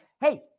Hey